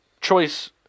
choice